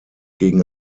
gegen